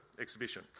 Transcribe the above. exhibition